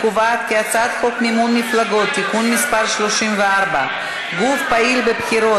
הצעת חוק מימון מפלגות (תיקון מס' 34) (גוף פעיל בבחירות),